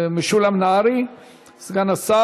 משולם נהרי ישיב.